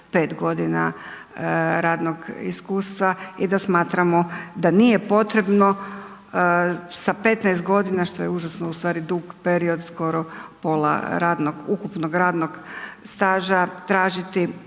5 g. radnog iskustva i da smatramo da nije potrebno sa 15 g. što je užasno ustvari dug period, skoro pola radnog, ukupnog radnog staža, tražiti